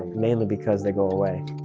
mainly because they go away.